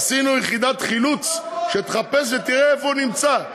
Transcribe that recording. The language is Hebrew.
עשינו יחידת חילוץ שתחפש ותראה איפה הוא נמצא.